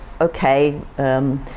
okay